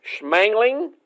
Schmangling